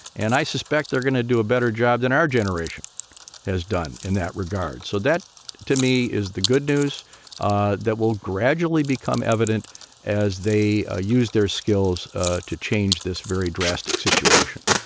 and i suspect they're going to do a better job than our generation has done in that regard. so that to me is the good news ah that will gradually become evident as they ah use their skills to change this very drastic situation